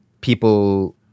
people